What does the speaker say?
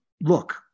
look